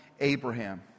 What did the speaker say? Abraham